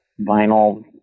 vinyl